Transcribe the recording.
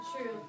true